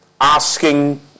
asking